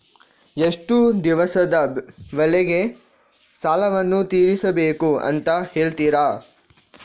ಎಷ್ಟು ದಿವಸದ ಒಳಗೆ ಸಾಲವನ್ನು ತೀರಿಸ್ಬೇಕು ಅಂತ ಹೇಳ್ತಿರಾ?